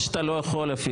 שניים.